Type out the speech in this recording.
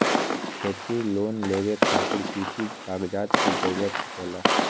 खेती लोन लेबे खातिर की की कागजात के जरूरत होला?